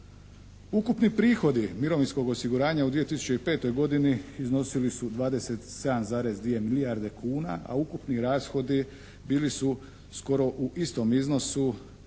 Ukupni prihodi mirovinskog osiguranja u 2005. godini iznosili su 27,2 milijarde kuna, a ukupni rashodi bili su skoro u istom iznosu